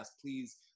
please